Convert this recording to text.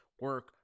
Work